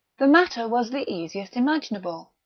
the matter was the easiest imaginable.